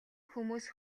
хүмүүс